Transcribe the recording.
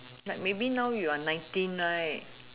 like maybe now you are nineteen right